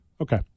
Okay